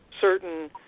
certain